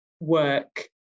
work